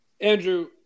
Andrew